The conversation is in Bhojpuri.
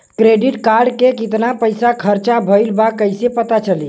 क्रेडिट कार्ड के कितना पइसा खर्चा भईल बा कैसे पता चली?